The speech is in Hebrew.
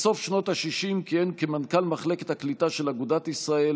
בסוף שנות השישים כיהן כמנכ"ל מחלקת הקליטה של אגודת ישראל,